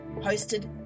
hosted